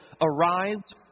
Arise